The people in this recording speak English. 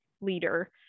leader